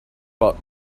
but